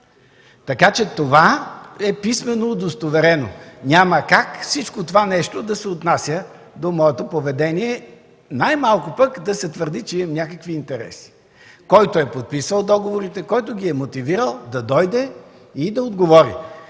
ДКЕВР. Това писмено е удостоверено и няма как всичко това нещо да се отнася до моето поведение и най-малко да се твърди, че имам някакви интереси. Който е подписал договорите, който ги е мотивирал, да дойде и да отговори.